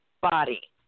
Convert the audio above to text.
body